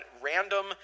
random